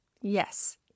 Yes